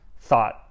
thought